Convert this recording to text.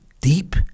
deep